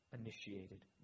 initiated